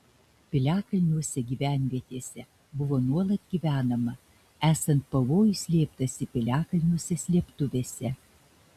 piliakalniuose gyvenvietėse buvo nuolat gyvenama esant pavojui slėptasi piliakalniuose slėptuvėse